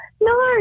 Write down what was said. No